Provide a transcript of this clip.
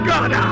God